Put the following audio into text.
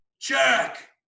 Jack